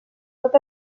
tot